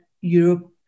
Europe